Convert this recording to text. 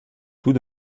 tout